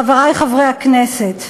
חברי חברי הכנסת,